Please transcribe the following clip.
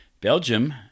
Belgium